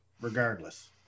Regardless